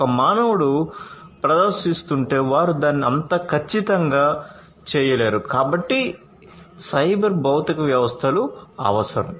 ఒక మానవుడు ప్రదర్శిస్తుంటే వారు దానిని అంత ఖచ్చితంగా చేయలేరు కాబట్టి సైబర్ భౌతిక వ్యవస్థలు అవసరం